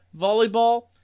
Volleyball